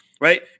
Right